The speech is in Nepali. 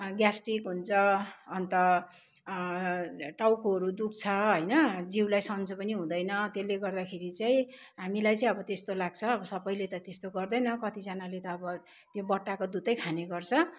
ग्यास्ट्रिक हुन्छ अन्त टाउकोहरू दुख्छ होइन जिउलाई सन्चो पनि हुँदैन त्यसले गर्दाखेरि चाहिँ हामीलाई चाहिँ अब त्यस्तो लाग्छ अब सबैले त त्यस्तो गर्दैन कतिजनाले त अब त्यो बट्टाको दुधै खाने गर्छ